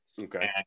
okay